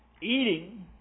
eating